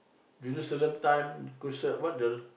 Jerusalem time crusade what the